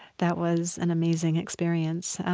that was an amazing experience.